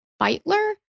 Beitler